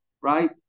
right